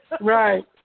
Right